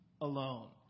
alone